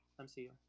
MCU